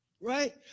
Right